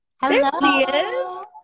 Hello